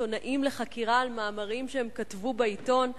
עיתונאים לחקירה על מאמרים שהם כתבו בעיתון?